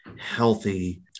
healthy